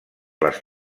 les